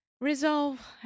resolve